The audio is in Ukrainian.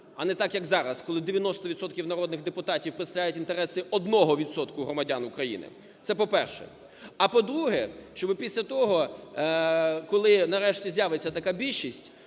А не так, як зараз, коли 90 відсотків народних депутатів представляють інтереси 1 відсотку громадян України. Це по-перше. А по-друге, щоб після того, коли нарешті з'явиться така більшість,